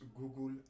Google